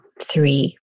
three